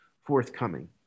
forthcoming